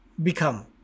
become